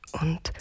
und